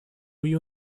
you